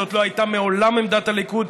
זאת לא הייתה מעולם עמדת הליכוד,